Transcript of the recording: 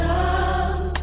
love